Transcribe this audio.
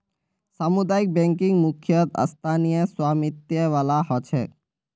सामुदायिक बैंकिंग मुख्यतः स्थानीय स्वामित्य वाला ह छेक